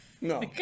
No